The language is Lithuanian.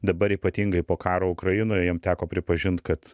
dabar ypatingai po karo ukrainoje jam teko pripažint kad